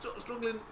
struggling